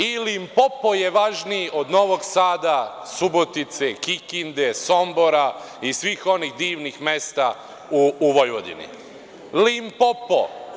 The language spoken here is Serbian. I Limpopo je važniji od Novog Sada, Subotice, Kikinde, Sombora i svih onih divnih mesta u Vojvodini, Limpopo?